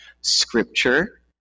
scripture